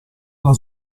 alla